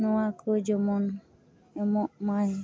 ᱱᱚᱣᱟ ᱠᱚ ᱡᱮᱢᱚᱱ ᱮᱢᱚᱜ ᱢᱟᱭ